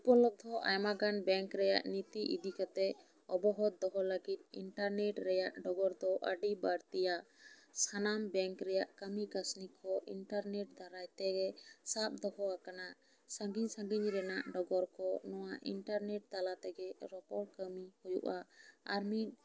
ᱩᱯᱚᱞᱚᱵᱫᱷᱚ ᱟᱭᱢᱟ ᱜᱟᱱ ᱵᱮᱝᱠ ᱨᱮᱭᱟᱜ ᱱᱤᱛᱤ ᱤᱫᱤ ᱠᱟᱛᱮ ᱟᱵᱚᱦᱚᱫ ᱫᱚᱦᱚ ᱞᱟᱹᱜᱤᱫ ᱤᱱᱴᱟᱨᱱᱮᱴ ᱨᱮᱭᱟᱜ ᱰᱚᱜᱚᱨ ᱫᱚ ᱟᱹᱰᱤ ᱵᱟᱹᱲᱛᱤᱭᱟ ᱥᱟᱱᱟᱢ ᱵᱮᱝᱠ ᱨᱮᱭᱟᱜ ᱠᱟᱹᱢᱤ ᱠᱟᱥᱱᱤ ᱠᱚ ᱤᱱᱴᱟᱨᱱᱮᱴ ᱫᱟᱨᱟᱭ ᱛᱮᱜᱮ ᱥᱟᱵ ᱫᱚᱦᱚ ᱟᱠᱟᱱᱟ ᱥᱟ ᱜᱤᱧ ᱥᱟᱺᱜᱤᱧ ᱨᱮᱱᱟᱜ ᱰᱚᱜᱚᱨ ᱠᱚ ᱚᱱᱟ ᱤᱱᱴᱟᱨᱱᱮᱴ ᱛᱟᱞᱟ ᱛᱮᱜᱮ ᱨᱚᱯᱚᱲ ᱠᱟᱹᱢᱤ ᱦᱩᱭᱩᱜᱼᱟ ᱟᱨ ᱢᱤᱫ